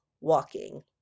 walking